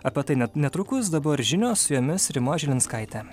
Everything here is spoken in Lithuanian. apie tai net netrukus dabar žinios su jomis rima žilinskaitė